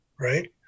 right